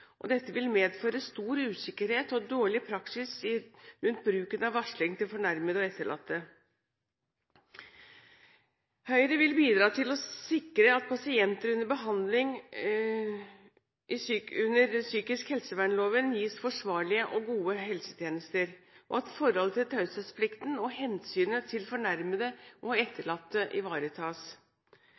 Dette vil medføre stor usikkerhet og dårlig praksis rundt bruken av varsling til fornærmede og etterlatte. Høyre vil bidra til å sikre at pasienter under behandling etter psykisk helsevernloven gis forsvarlige og gode helsetjenester, og at forholdet til taushetsplikten og hensynet til fornærmede og etterlatte ivaretas.